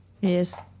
Yes